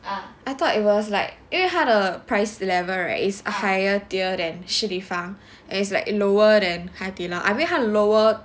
I thought it was like 因为他的 price level right is higher tier than Shi Li Fang is like a lower than Hai Di Lao I mean 他 lower